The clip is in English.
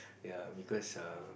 ya because uh